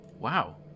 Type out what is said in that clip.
Wow